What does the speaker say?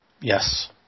Yes